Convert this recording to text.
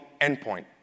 endpoint